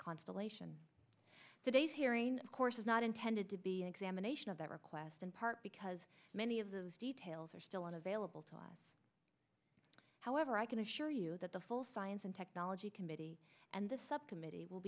constellation today's hearing of course is not intended to be an examination of that request in part because many of those details are still unavailable to us however i can assure you that the full science and technology committee and the subcommittee will